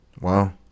wow